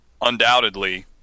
undoubtedly